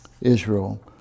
Israel